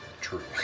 True